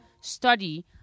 study